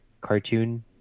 cartoon